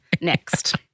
Next